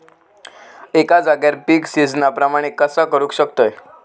एका जाग्यार पीक सिजना प्रमाणे कसा करुक शकतय?